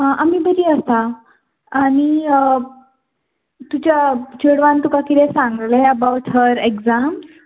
आं आमी बरी आसा आनी तुज्या चेडवान तुका कितें सांगले अबावट हर एग्जाम्स